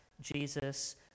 Jesus